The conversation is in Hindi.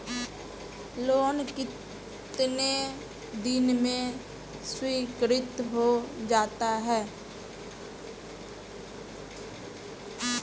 लोंन कितने दिन में स्वीकृत हो जाता है?